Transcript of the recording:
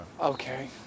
Okay